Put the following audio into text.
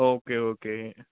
okay okay